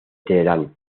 teherán